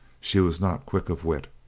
she was not quick of wit.